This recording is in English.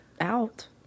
out